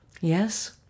Yes